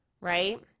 right